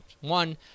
One